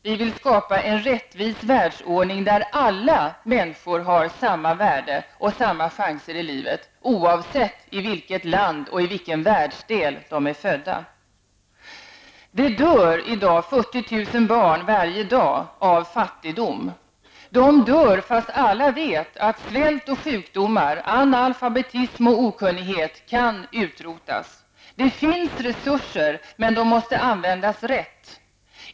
Vi vill skapa en rättvis världsordning där alla människor har samma värde och samma chanser i livet oavsett i vilket land och i vilken världsdel de är födda. 40 000 barn dör varje dag av fattigdom. De dör trots att alla vet att svält och sjukdomar, analfabetism och okunnighet kan utrotas. Det finns resurser, men de måste användas rätt.